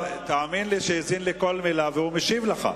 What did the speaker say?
ותאמין לי שהשר האזין לכל מלה והוא משיב לך.